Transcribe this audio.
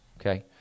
okay